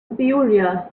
peoria